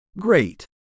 Great